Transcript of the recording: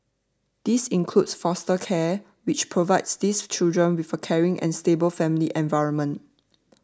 this includes foster care which provides these children with a caring and stable family environment